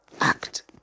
act